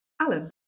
Alan